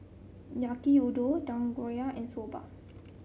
Yaki Udon Dangojiru and Soba